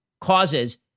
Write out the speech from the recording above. causes